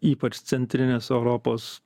ypač centrinės europos